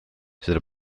seda